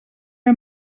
are